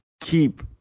keep